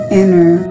inner